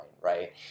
right